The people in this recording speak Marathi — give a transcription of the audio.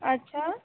अच्छा